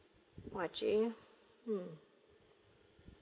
watching um